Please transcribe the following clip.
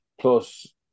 Plus